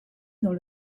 dans